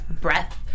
breath